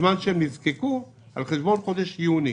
בזמן שהם נזקקו, על חשבון חודש יוני.